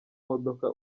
modoka